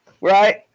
Right